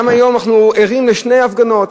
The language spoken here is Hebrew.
גם היום אנחנו ערים לשתי הפגנות,